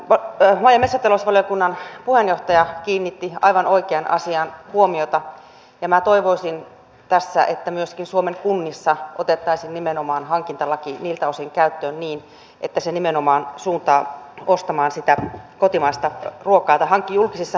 maa ja metsätalousvaliokunnan puheenjohtaja kiinnitti aivan oikeaan asiaan huomiota ja minä toivoisin tässä että myöskin suomen kunnissa otettaisiin nimenomaan hankintalaki niiltä osin käyttöön niin että se nimenomaan suuntaa ostamaan sitä kotimaista ruokaa julkisissa hankinnoissa